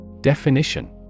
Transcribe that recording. Definition